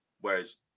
whereas